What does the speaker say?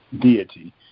deity